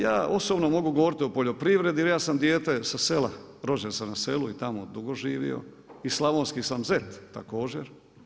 Ja osobno mogu govoriti o poljoprivredi jer ja sam dijete sa sela, rođen sam na selu i tamo dugo živio i slavonski sam zet, također.